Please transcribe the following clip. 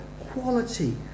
quality